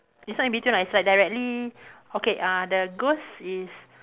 it's not in between ah it's like directly okay uh the ghost is